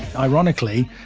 ironically,